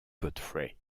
godfrey